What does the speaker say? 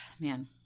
man